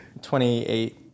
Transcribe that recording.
28